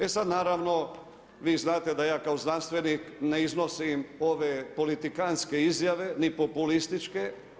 E sad naravno vi znate da ja kao znanstvenik ne iznosim ove politikanske izjave ni političke.